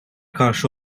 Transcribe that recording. karşı